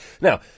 Now